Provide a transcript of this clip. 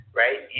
right